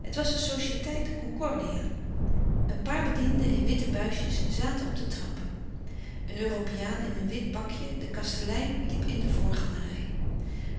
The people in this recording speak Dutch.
het was de societeit concordia een paar bedienden in witte buisjes zaten op de trappen een europeaan in een wit pakje de kastelein liep in de voorgalerij